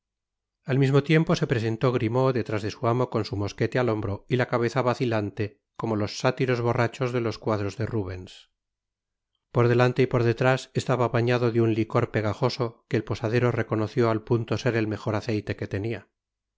al mismo tiempo se presentó grimaud detrás de su amo con su mosquete al hombro y la cabeza vacilante como los sátiros borrachos de los cuadros de rubens por delante y por detrás estaba bañado de un licor pegajoso que el posadero reconoció al punto ser el mejor aceite que tenia